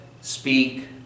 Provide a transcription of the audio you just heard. speak